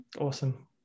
Awesome